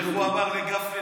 איך הוא אמר לגפני?